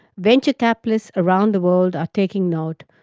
venture capitalists around the world are taking note,